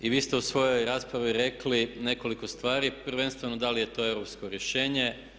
Vi ste u svojoj raspravi rekli nekoliko stvari, prvenstveno da li je to europsko rješenje.